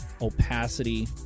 Opacity